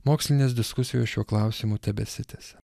mokslinės diskusijos šiuo klausimu tebesitęsia